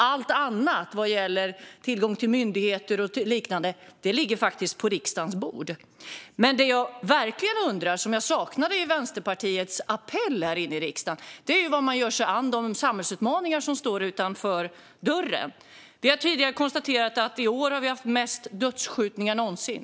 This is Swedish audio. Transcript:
Allt annat, som gäller till exempel tillgångar till myndigheter, ligger faktiskt på riksdagens bord. Något jag undrar över och som jag saknade i Vänsterpartiets appell här är hur ni tänker ta er an de samhällsutmaningar som står utanför dörren. Tidigare har det konstaterats att vi i år har haft flest dödsskjutningar någonsin.